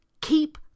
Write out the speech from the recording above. Keep